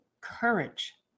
courage